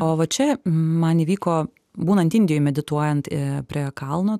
o va čia man įvyko būnant indijoj medituojant prie kalno